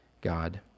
God